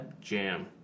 jam